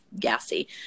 gassy